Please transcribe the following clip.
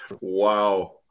Wow